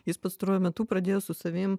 jis pastaruoju metu pradėjo su savim